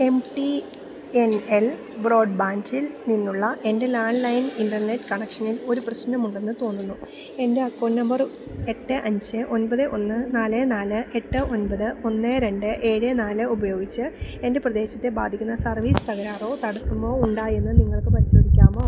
M T N L ബ്രോഡ്ബാൻഡിൽ നിന്നുള്ള എൻ്റെ ലാൻഡ് ലൈൻ ഇൻ്റർനെറ്റ് കണക്ഷനിൽ ഒരു പ്രശ്നമുണ്ടെന്ന് തോന്നുന്നു എൻ്റെ അക്കൗണ്ട് നമ്പർ എട്ട് അഞ്ച് ഒൻപത് ഒന്ന് നാല് നാല് എട്ട് ഒൻപത് ഒന്ന് രണ്ട് ഏഴ് നാല് ഉപയോഗിച്ച് എൻ്റെ പ്രദേശത്തെ ബാധിക്കുന്ന സർവീസ് തകരാറോ തടസ്സമോ ഉണ്ടോയെന്ന് നിങ്ങൾക്ക് പരിശോധിക്കാമോ